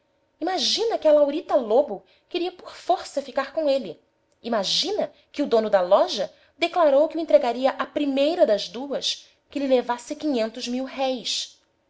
imagina que a laurita lobo queria por força ficar com ele imagina que o dono da loja declarou que o entregaria à primeira das duas que lhe levasse quinhentos mil-réis